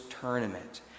Tournament